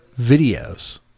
videos